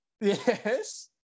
Yes